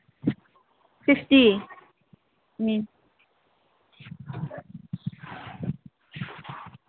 fifty ꯎꯝ